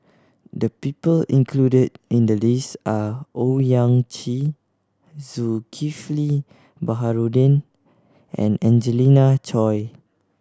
the people included in the list are Owyang Chi Zulkifli Baharudin and Angelina Choy